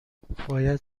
باید